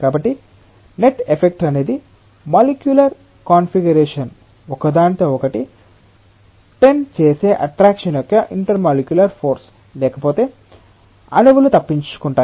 కాబట్టి net effect అనేది molecular configuration ఒకదానితో ఒకటి బైండ్ చేసే అట్రాక్షణ్ యొక్క ఇంటర్మోలక్యులర్ ఫోర్సు లేకపోతే అణువులు తప్పించుకుంటాయి